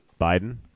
Biden